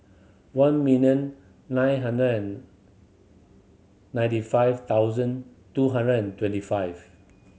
one million nine hundred and ninety five thousand two hundred and twenty five